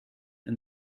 and